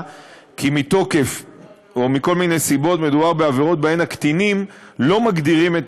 שמכל מיני סיבות מדובר בעבירות שבהן הקטינים לא מגדירים את